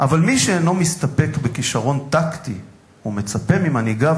"אבל מי שאינו מסתפק בכשרון טקטי ומצפה ממנהיגיו